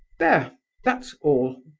there that's all.